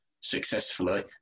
successfully